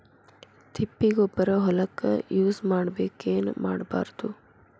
ತಿಪ್ಪಿಗೊಬ್ಬರ ಹೊಲಕ ಯೂಸ್ ಮಾಡಬೇಕೆನ್ ಮಾಡಬಾರದು?